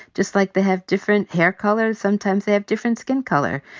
just like they have different hair color, sometimes they have different skin color.